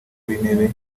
w’intebe